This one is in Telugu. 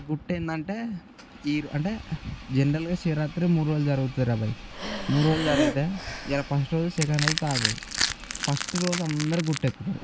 గుట్టేంటంటే ఈరో అంటే జనరల్గా శివరాత్రి మూడు రోజులు జరుగుతుందిరా భాయి మూడు రోజులు జరిగితే ఇవ్వాళ ఫస్ట్ రోజు సెకండ్ రోజు థర్డ్ రోజు ఫస్ట్ రోజు అందరు గుట్టెక్కుతారు